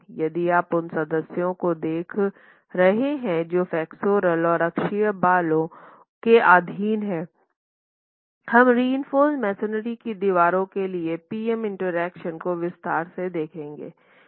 यदि आप उन सदस्यों को देख रहे हैं जो फ्लेक्सचर और अक्षीय बलों के अधीन हैं हम रिइंफोर्स मेसनरी की दीवारों के लिए पी एम इंटरैक्शन को विस्तार से देखेंगे